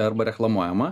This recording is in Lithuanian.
arba reklamuojama